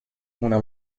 una